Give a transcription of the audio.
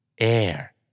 Air